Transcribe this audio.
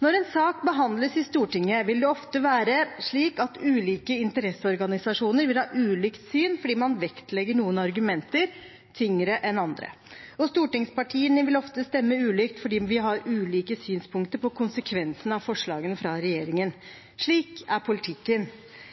Når en sak behandles i Stortinget, vil det ofte være slik at ulike interesseorganisasjoner vil ha ulikt syn fordi man vektlegger noen argumenter tyngre enn andre. Stortingspartiene vil ofte stemme ulikt fordi vi har ulike synspunkter på konsekvensene av forslagene fra